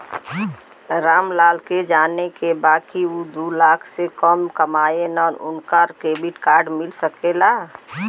राम लाल के जाने के बा की ऊ दूलाख से कम कमायेन उनका के क्रेडिट कार्ड मिल सके ला?